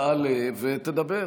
תעלה ותדבר.